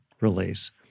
release